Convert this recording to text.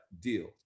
deal